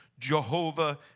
Jehovah